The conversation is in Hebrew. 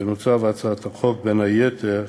מוצעות בהצעת החוק, בין היתר,